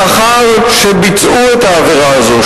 לאחר שביצעו את העבירה הזאת,